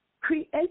create